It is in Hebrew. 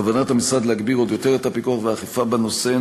בכוונת המשרד להגביר עוד יותר את הפיקוח והאכיפה בנושא,